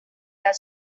that